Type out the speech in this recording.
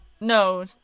No